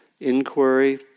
inquiry